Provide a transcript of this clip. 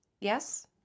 yes